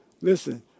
Listen